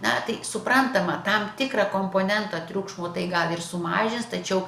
na tai suprantama tam tikrą komponentą triukšmo tai gal ir sumažins tačiau